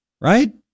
right